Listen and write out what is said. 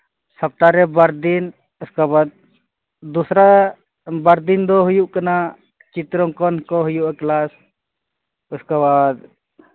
ᱥᱚᱯᱛᱟᱦᱚᱨᱮ ᱵᱟᱨᱫᱤᱱ ᱩᱥᱠᱮ ᱵᱟᱫᱽ ᱫᱚᱥᱨᱟ ᱵᱟᱨᱫᱤᱱᱫᱚ ᱦᱩᱭᱩᱜ ᱠᱟᱱᱟ ᱪᱤᱛᱨᱚ ᱚᱝᱠᱚᱱ ᱠᱚ ᱦᱩᱭᱩᱜᱼᱟ ᱠᱞᱟᱥ ᱩᱥᱠᱮ ᱵᱟᱫᱽ